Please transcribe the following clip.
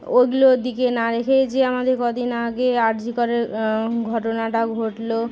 ওগুলো দিকে না রেখে যে আমাদের কদিন আগে আর জি করের ঘটনাটা ঘটলো